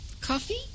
Coffee